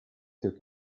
took